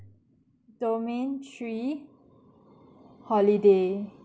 domain three holiday